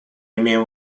имеем